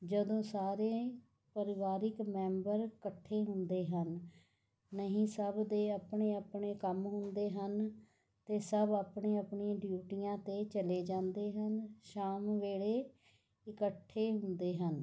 ਜਦੋਂ ਸਾਰੇ ਪਰਿਵਾਰਕ ਮੈਂਬਰ ਇਕੱਠੇ ਹੁੰਦੇ ਹਨ ਨਹੀਂ ਸਭ ਦੇ ਆਪਣੇ ਆਪਣੇ ਕੰਮ ਹੁੰਦੇ ਹਨ ਅਤੇ ਸਭ ਆਪਣੀ ਆਪਣੀ ਡਿਊਟੀਆਂ 'ਤੇ ਚਲੇ ਜਾਂਦੇ ਹਨ ਸ਼ਾਮ ਵੇਲ਼ੇ ਇਕੱਠੇ ਹੁੰਦੇ ਹਨ